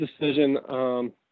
decision